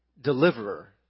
Deliverer